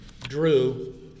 drew